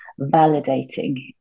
validating